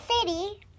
city